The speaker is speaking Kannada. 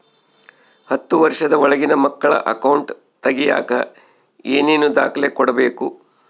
ಹತ್ತುವಷ೯ದ ಒಳಗಿನ ಮಕ್ಕಳ ಅಕೌಂಟ್ ತಗಿಯಾಕ ಏನೇನು ದಾಖಲೆ ಕೊಡಬೇಕು?